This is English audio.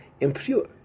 impure